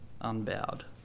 unbowed